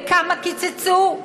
בכמה קיצצו?